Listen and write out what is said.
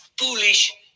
foolish